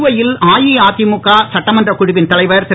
புதுவையில் அஇஅதிமுக சட்டமன்றக் குழுவின் தலைவர் திரு